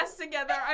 together